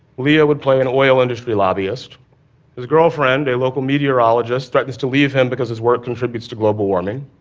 leo would play an oil industry lobbyist whose girlfriend, a local meteorologist, threatens to leave him because his work contributes to global warming.